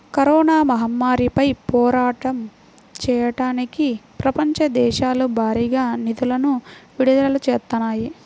corona మహమ్మారిపై పోరాటం చెయ్యడానికి ప్రపంచ దేశాలు భారీగా నిధులను విడుదల చేత్తన్నాయి